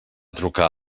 trucar